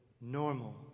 normal